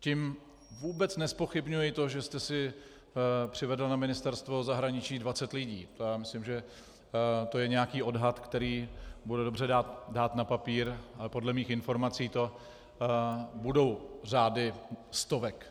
Tím vůbec nezpochybňuji to, že jste si přivedl na Ministerstvo zahraničí dvacet lidí, myslím, že to je nějaký odhad, který bude dobře dát na papír, ale podle mých informací to budou řády stovek.